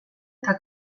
eta